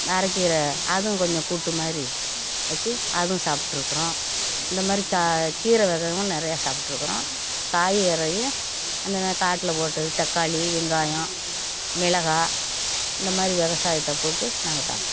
அரைக்கீரை அதுவும் கொஞ்சம் கூட்டுமாதிரி வச்சு அதுவும் சாப்பிட்டுருக்கிறோம் இந்தமாதிரி க கீரை வகையும் நிறையா சாப்பிட்டிருக்குறோம் காய்கறியும் அந்த நேரம் காட்டில் போட்டது தக்காளி வெங்காயம் மிளகாய் இந்தமாதிரி விவசாயத்தைப் போட்டு நாங்கள் சாப்பிட்டிருக்குறோம்